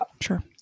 sure